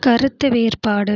கருத்து வேறுபாடு